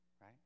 Right